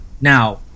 now